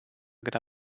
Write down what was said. gra